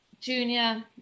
junior